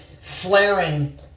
flaring